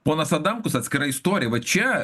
ponas adamkus atskira istorija va čia